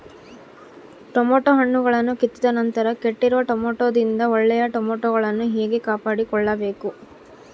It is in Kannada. ಟೊಮೆಟೊ ಹಣ್ಣುಗಳನ್ನು ಕಿತ್ತಿದ ನಂತರ ಕೆಟ್ಟಿರುವ ಟೊಮೆಟೊದಿಂದ ಒಳ್ಳೆಯ ಟೊಮೆಟೊಗಳನ್ನು ಹೇಗೆ ಕಾಪಾಡಿಕೊಳ್ಳಬೇಕು?